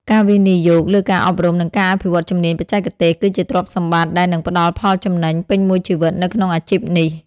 ការវិនិយោគលើការអប់រំ និងការអភិវឌ្ឍជំនាញបច្ចេកទេស គឺជាទ្រព្យសម្បត្តិដែលនឹងផ្តល់ផលចំណេញពេញមួយជីវិតនៅក្នុងអាជីពនេះ។